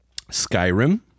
Skyrim